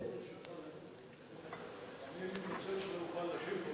אני מתנצל שלא אוכל להשיב לו,